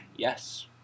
Yes